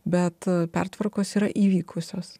bet pertvarkos yra įvykusios